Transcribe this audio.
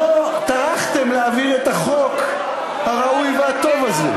ולא טרחתם להעביר את החוק הראוי והטוב הזה.